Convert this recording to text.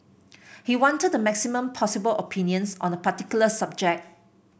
he wanted the maximum possible opinions on a particular subject